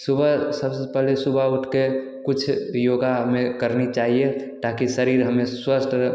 सुबह सबसे पहले सुबह उठ कर कुछ योगा हमें करनी चाहिए ताकि शरीर हमें स्वस्थ